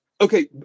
okay